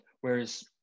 whereas